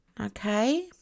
Okay